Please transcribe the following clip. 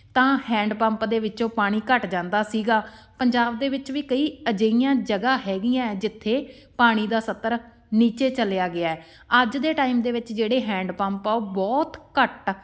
ਤਾਂ hand pump ਦੇ ਵਿੱਚੋਂ ਪਾਣੀ ਘੱਟ ਜਾਂਦਾ ਸੀਗਾ ਪੰਜਾਬ ਦੇ ਵਿੱਚ ਵੀ ਕਈ ਅਜਿਹੀਆਂ ਜਗ੍ਹਾ ਹੈਗੀਆਂ ਹੈ ਜਿੱਥੇ ਪਾਣੀ ਦਾ ਸਤਰ ਨੀਚੇ ਚਲਿਆ ਗਿਆ ਅੱਜ ਦੇ ਟਾਈਮ ਦੇ ਵਿੱਚ ਜਿਹੜੇ ਹੈਂਡ ਪੰਪ ਆ ਉਹ ਬਹੁਤ ਘੱਟ